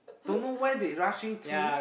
don't know where they rushing to